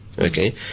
Okay